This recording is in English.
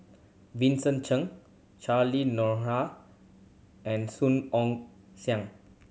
Vincent Cheng Cheryl Noronha and Song Ong Siang